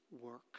work